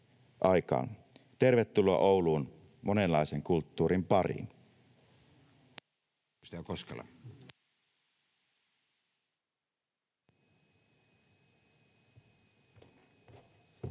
Tervetuloa Ouluun monenlaisen kulttuurin pariin.